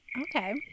Okay